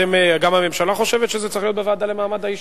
גם הממשלה חושבת שזה צריך להיות בוועדה למעמד האשה?